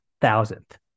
thousandth